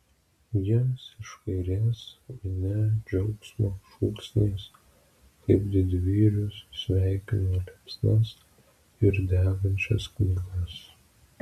jiems iš kairės minia džiaugsmo šūksniais kaip didvyrius sveikino liepsnas ir degančias knygas